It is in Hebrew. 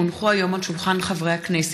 כי הונחו היום על שולחן הכנסת,